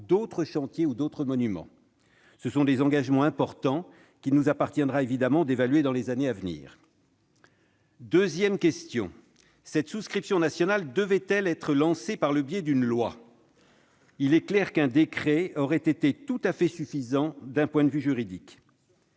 d'autres chantiers et d'autres monuments. Ce sont des engagements importants, qu'il nous appartiendra évidemment d'évaluer dans les années à venir. Deuxièmement, cette souscription nationale devait-elle être lancée par le biais d'une loi ? Il est clair qu'un décret aurait été tout à fait suffisant d'un point de vue juridique.